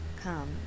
Come